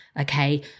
Okay